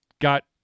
got